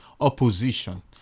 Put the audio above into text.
Opposition